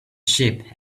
sheep